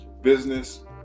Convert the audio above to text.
business